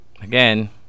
again